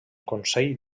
consell